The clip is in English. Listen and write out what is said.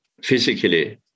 Physically